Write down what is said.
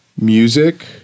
music